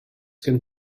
gen